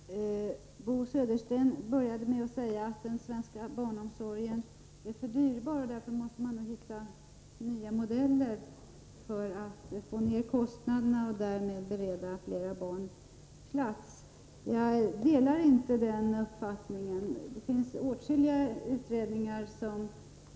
Fru talman! Bo Södersten började med att säga att den svenska barnomsorgen är för dyrbar och att vi därför måste hitta nya modeller för att få ner kostnaderna och därmed kunna bereda fler barn plats. Jag delar inte den uppfattningen.